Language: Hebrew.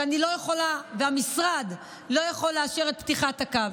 ואני לא יכולה והמשרד לא יכול לאשר את פתיחת הקו.